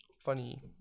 funny